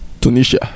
Tunisia